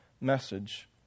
message